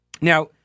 now